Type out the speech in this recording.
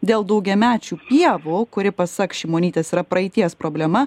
dėl daugiamečių pievų kuri pasak šimonytės yra praeities problema